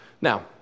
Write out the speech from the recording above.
Now